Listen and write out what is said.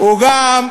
הוא גם,